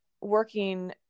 working